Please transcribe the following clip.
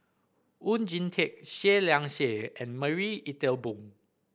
Oon Jin Teik Seah Liang Seah and Marie Ethel Bong